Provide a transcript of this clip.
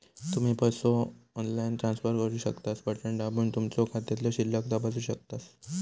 तुम्ही पसो online transfer करू शकतास, बटण दाबून तुमचो खात्यातलो शिल्लक तपासू शकतास